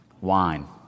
Wine